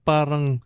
parang